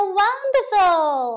wonderful